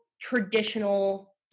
traditional